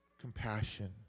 compassion